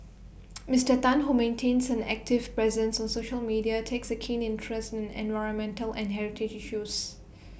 Mister Tan who maintains an active presence on social media takes A keen interest in environmental and heritage issues